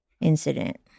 incident